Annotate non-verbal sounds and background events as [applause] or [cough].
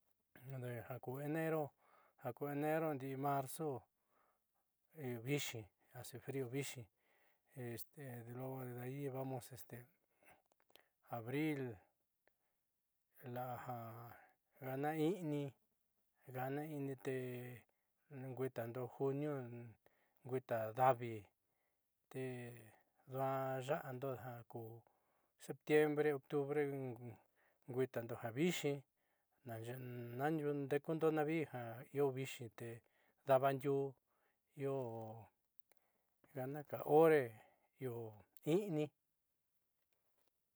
Ja kuu ndi'i enero ndi'i marzo viixi [hesitation] frío viixi este luego de ahí vamos este abril la'a ja i'ini gana i'ini te nguitando junio nguita davi tenduaa ya'ando jaku septiembre, octubre nguitando ja viixi, naan diuu nde'ekundo naavi ja io viixi te daba ndiuu io gana ko hore io i'ini.